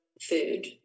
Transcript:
food